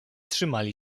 trzymali